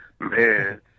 Man